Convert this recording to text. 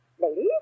Ladies